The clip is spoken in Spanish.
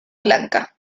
blanca